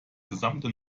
gesamte